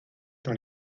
dans